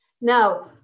Now